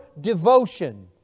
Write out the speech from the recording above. devotion